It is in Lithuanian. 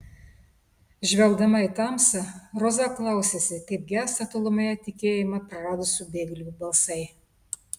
žvelgdama į tamsą roza klausėsi kaip gęsta tolumoje tikėjimą praradusių bėglių balsai